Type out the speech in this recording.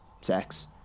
sex